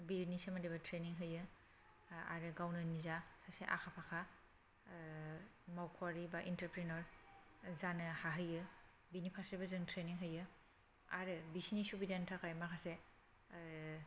बेनि सोमोन्दैबो ट्रेनिं होयो आरो गावनो निजा सासे आखा फाखा मावख'वारि एबा एन्ट्र'प्रनिउर जानो हाहैयो बिनिफारसेबो जों ट्रेनिं होयो आरो बिसोरनि सुबिदानि थाखाय माखासे